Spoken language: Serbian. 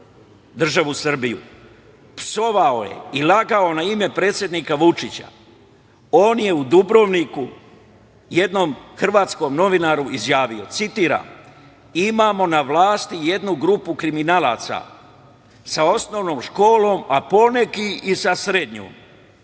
državu Srbiju. Psovao je i lagao na ime predsednika Vučića. On je u Dubrovniku jednom hrvatskom novinaru izjavio, citiram - imamo na vlasti jednu grupu kriminalaca sa osnovnom školom, a poneki i sa srednjom,